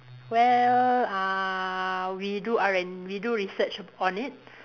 well uh we do R and we do research on it